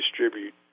distribute